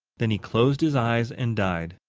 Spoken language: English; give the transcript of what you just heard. then he closed his eyes and died.